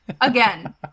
Again